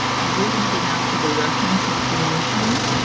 now, we're going to go down to the reference information.